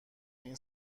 این